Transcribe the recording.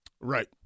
Right